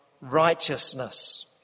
righteousness